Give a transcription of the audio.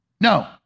No